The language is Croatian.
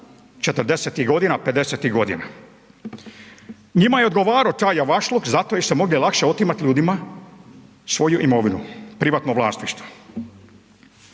40-ih godina, 50-ih godina. Njima je odgovarao taj javašluk, zato im je ovdje lakše otimati ljudima svoju imovinu, privatno vlasništvo.